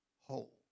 whole